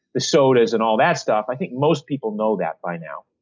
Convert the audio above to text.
the sodas, and all that stuff. i think most people know that by now,